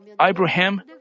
Abraham